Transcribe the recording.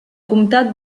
comtat